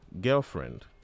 girlfriend